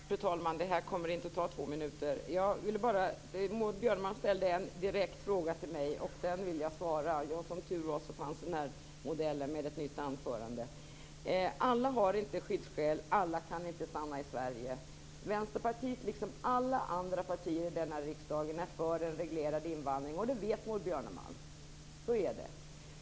Fru talman! Det här kommer inte att ta två minuter. Maud Björnemalm ställde en direkt fråga till mig, och den ville jag svara på. Som tur var fanns den här modellen med ett nytt anförande. Alla har inte skyddsskäl. Alla kan inte stanna i Sverige. Vänsterpartiet, liksom alla andra partier i denna riksdag, är för en reglerad invandring. Det vet Maud Björnemalm. Så är det.